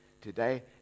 Today